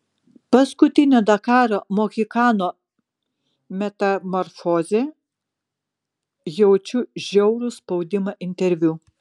paskutinio dakaro mohikano metamorfozė jaučiu žiaurų spaudimą interviu